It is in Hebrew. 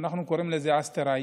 שאנחנו קוראים לו אסתרי,